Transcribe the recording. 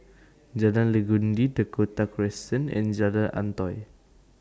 Jalan Legundi Dakota Crescent and Jalan Antoi